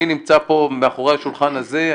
אני נמצא פה מאחורי השולחן הזה,